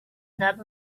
that